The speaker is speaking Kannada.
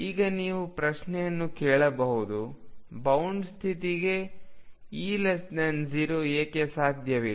ಈಗ ನೀವು ಪ್ರಶ್ನೆಯನ್ನು ಕೇಳಬಹುದು ಬೌಂಡ್ ಸ್ಥಿತಿಗೆ E0 ಏಕೆ ಸಾಧ್ಯವಿಲ್ಲ